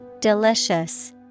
Delicious